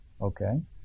Okay